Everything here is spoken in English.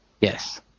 Yes